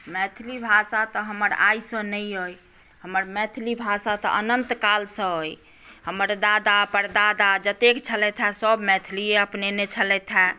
मैथिली भाषा तऽ हमर आइसँ नहि अइ हमर मैथिली भाषा तऽ अनन्तकालसँ अइ हमर दादा परदादा जतेक छलथि हेँ सभ मैथिलीये अपनेने छलथि हेँ